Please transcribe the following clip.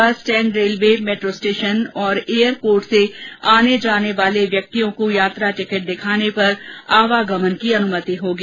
बस stand railway metro station और airport से आने जाने वाले व्यक्तियों को यात्रा टिकट दिखाने पर आवागमन की अनुमति होगी